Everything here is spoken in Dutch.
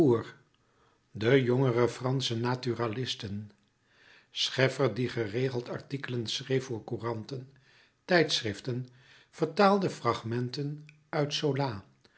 de jongere fransche naturalisten scheffer die geregeld artikelen schreef voor couranten tijdschriften vertaalde fragmenten uit zola